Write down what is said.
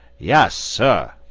yas, sir!